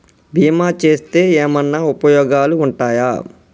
బీమా చేస్తే ఏమన్నా ఉపయోగాలు ఉంటయా?